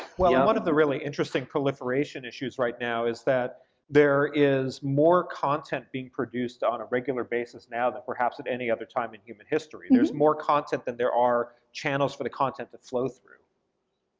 well, and one of the really interesting proliferation issues right now is that there is more content being produced on a regular basis now than perhaps at any other time in human history. there's more content than there are channels for the content to flow through.